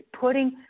putting